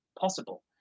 possible